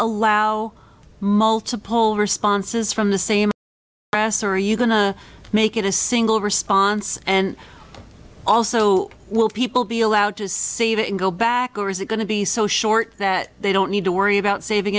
allow multiple responses from the same press are you going to make it a single response and also will people be allowed to save it and go back or is it going to be so short that they don't need to worry about saving